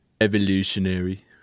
Evolutionary